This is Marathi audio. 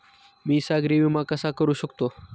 मी सागरी विमा कसा करू शकतो?